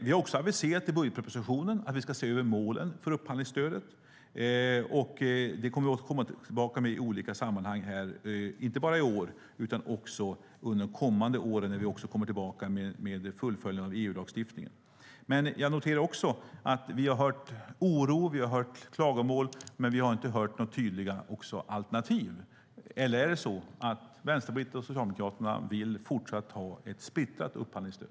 Vi har aviserat i budgetpropositionen att vi ska se över målen för upphandlingsstödet. Det kommer vi att återkomma till i olika sammanhang, inte bara i år utan under de kommande åren när vi kommer tillbaka med fullföljande av EU-lagstiftningen. Jag noterar att vi har hört oro och klagomål, men vi har inte hört några tydliga alternativ. Eller vill Vänsterpartiet och Socialdemokraterna fortsätta att ha ett splittrat upphandlingsstöd?